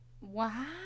Wow